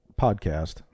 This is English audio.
podcast